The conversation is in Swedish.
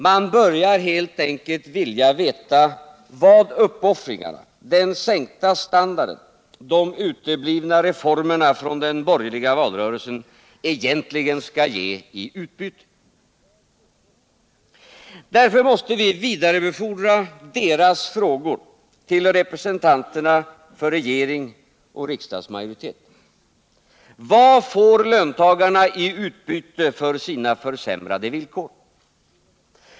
Man börjar helt enkelt vilja veta vad uppoffringarna, den sänkta standarden, de uteblivna reformerna från den borgerliga valrörelsen egentligen skall ge i utbyte. Därför måste vi vidarebefordra deras frågor till representanterna för regering och riksdagsmajoritet. Vad får löntagarna i utbyte för sina försämrade villkor?